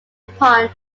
upon